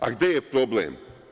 A gde je problem?